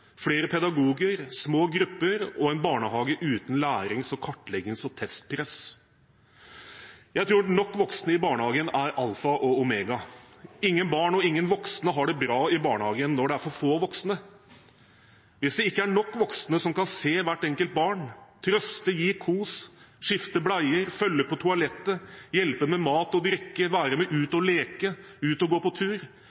flere voksne, flere pedagoger, små grupper og en barnehage uten lærings- og kartleggings- og testpress. Jeg tror nok voksne i barnehagen er alfa og omega. Ingen barn og ingen voksne har det bra i barnehagen når det er for få voksne. Hvis det ikke er nok voksne som kan se hvert enkelt barn, trøste, gi kos, skifte bleier, følge på toalettet, hjelpe med mat og drikke, være med ut og leke og gå på tur,